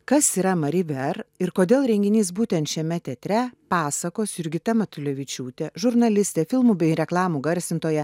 kas yra mari ver ir kodėl renginys būtent šiame teatre pasakos jurgita matulevičiūtė žurnalistė filmų bei reklamų garsintoja